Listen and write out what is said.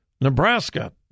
Nebraska